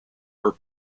were